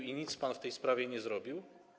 I nic pan w tej sprawie nie zrobił?